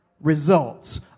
results